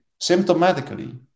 symptomatically